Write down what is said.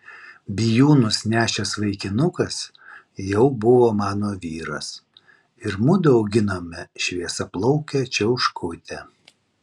bijūnus nešęs vaikinukas jau buvo mano vyras ir mudu auginome šviesiaplaukę čiauškutę